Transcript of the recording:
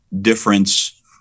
difference